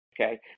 Okay